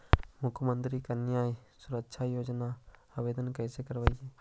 मुख्यमंत्री कन्या सुरक्षा योजना के आवेदन कैसे करबइ?